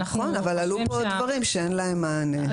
נכון אבל עלו כאן דברים שאין להם מענה.